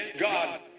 God